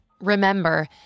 Remember